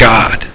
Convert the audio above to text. God